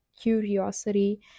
curiosity